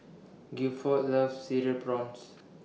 Guilford loves Cereal Prawns